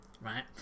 right